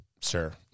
sir